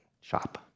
shop